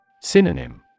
Synonym